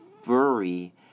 Furry